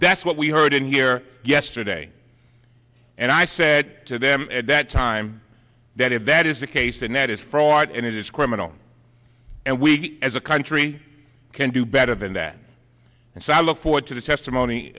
that's what we heard in here yesterday and i said to them at that time that if that is the case and that is for part and it is criminal and we as a country can do better than that and so i look forward to the testimony